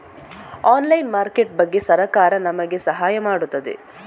Online market ಬಗ್ಗೆ ಸರಕಾರ ನಮಗೆ ಸಹಾಯ ಮಾಡುತ್ತದೆ?